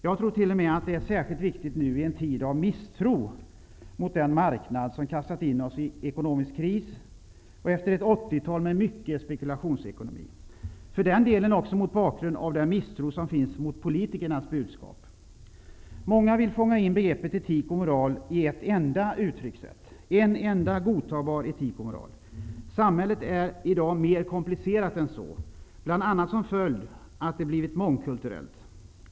Jag tror t.o.m. att det är särskilt viktigt nu i en tid av misstro mot den marknad, som kastat in oss i ekonomisk kris, och efter ett 80-tal med mycket spekulationsekonomi. Det är också viktigt mot bakgrund av den misstro som finns mot politikernas budskap. Många vill fånga in begreppet etik och moral i ett enda uttryckssätt, en enda godtagbar etik och moral. Samhället är i dag mer komplicerat än så, bl.a. som följd av att det har blivit mångkulturellt.